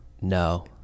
No